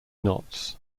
knots